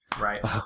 Right